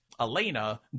Elena